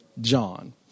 John